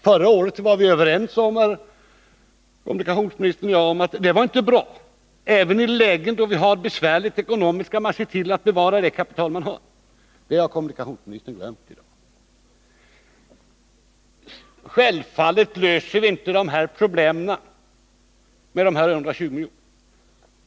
Förra året var kommunikationsministern och jag överens om att det inte är bra och att vi även i ekonomiskt besvärliga lägen skall se till att bevara det kapital vi har. Det har kommunikationsministern glömt i dag. Självfallet löser vi inte alla problem med de 120 miljonerna.